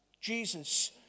Jesus